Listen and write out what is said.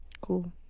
cool